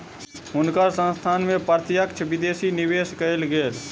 हुनकर संस्थान में प्रत्यक्ष विदेशी निवेश कएल गेल